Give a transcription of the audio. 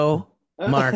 Mark